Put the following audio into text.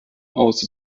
aus